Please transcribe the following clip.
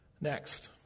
Next